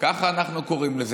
ככה אנחנו קוראים לזה.